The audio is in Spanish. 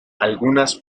algunas